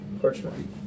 parchment